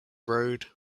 road